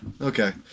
Okay